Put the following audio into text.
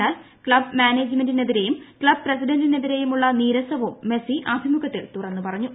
എന്നാൽ ക്സബ് മാനേജ്മെന്റിനെതിരെയും ക്ലബ് പ്രസിഡന്റിനെതിരെയും ഉള്ള നീരസവും മെസ്സി അഭിമുഖത്തിൽ തുറന്ന് പറഞ്ഞു